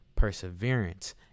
perseverance